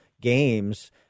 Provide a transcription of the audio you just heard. games